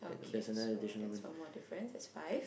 okay so that's one more difference that's five